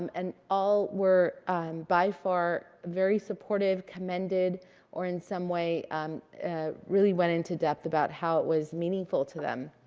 um and all were by far very supportive ended or in some way um ah really went into depth about how it was meaningful to them.